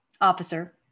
officer